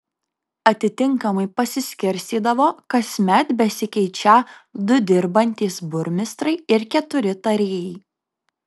atitinkamai pasiskirstydavo kasmet besikeičią du dirbantys burmistrai ir keturi tarėjai